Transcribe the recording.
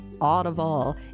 Audible